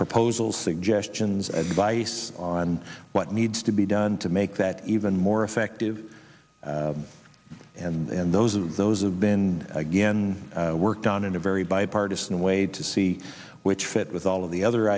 proposals suggestions advice on what needs to be done to make that even more effective and those of those who have been again worked on in a very bipartisan way to see which fit with all of the other